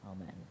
amen